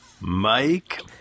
Mike